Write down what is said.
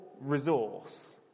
resource